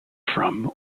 from